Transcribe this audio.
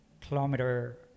kilometer